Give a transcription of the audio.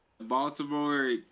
Baltimore